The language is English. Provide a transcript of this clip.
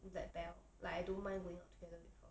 that bell like I don't mind going out together with her